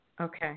Okay